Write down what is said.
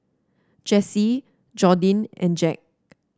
Jessee Jordyn and Jack